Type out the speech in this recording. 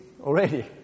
already